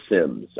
Sims